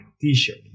t-shirt